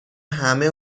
همه